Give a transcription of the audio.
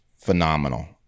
phenomenal